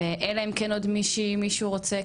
אלא אם כן עוד מישהי, מישהו רוצה?